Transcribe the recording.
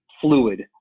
fluid